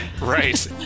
Right